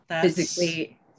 physically